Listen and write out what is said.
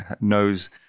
knows